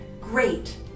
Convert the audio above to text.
Great